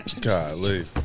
Golly